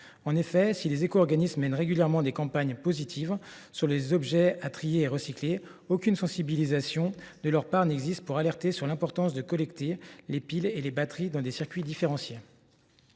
En effet, si les éco organismes mènent régulièrement des campagnes positives au sujet des objets à trier et à recycler, ils ne mènent aucune opération de sensibilisation pour alerter sur l’importance de collecter les piles et les batteries dans des circuits différenciés.